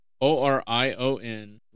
O-R-I-O-N